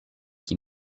qui